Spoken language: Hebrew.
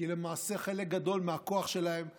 כי למעשה חלק גדול מהכוח שלהם נשחק,